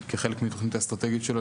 כחלק מהתכנית האסטרטגית שלו.